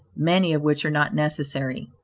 many of which are not necessary.